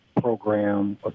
program